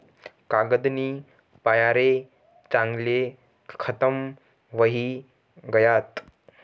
कागदनी पायरे जंगले खतम व्हयी गयात